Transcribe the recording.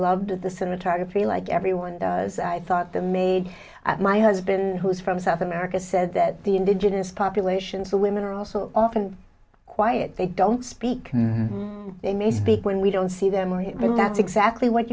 loved the cinematography like everyone thought the made my husband who is from south america said that the indigenous populations the women are also often quiet they don't speak they may speak when we don't see them or you but that's exactly what